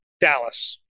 Dallas